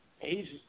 Asia